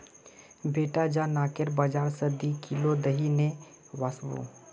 बेटा जा नाकेर बाजार स दी किलो दही ने वसबो